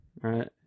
right